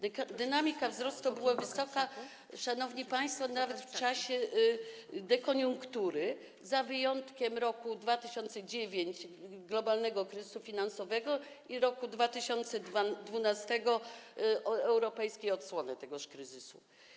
Dynamika wzrostu była wysoka, szanowni państwo, nawet w czasie dekoniunktury, z wyjątkiem roku 2009 - globalnego kryzysu finansowego i roku 2012 - europejskiej odsłony tegoż kryzysu.